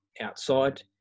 outside